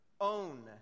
own